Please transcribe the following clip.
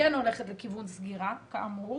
שכן הולכת לכיוון סגירה, כאמור,